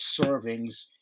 servings